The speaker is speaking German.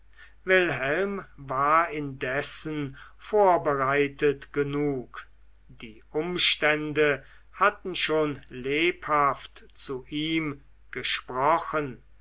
wilhelm war indessen vorbereitet genug die umstände hatten schon lebhaft zu ihm gesprochen